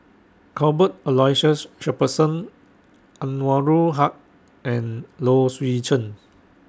Cuthbert Aloysius Shepherdson Anwarul Haque and Low Swee Chen